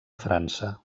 frança